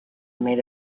made